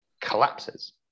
collapses